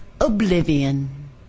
oblivion